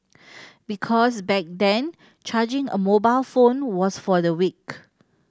because back then charging a mobile phone was for the weak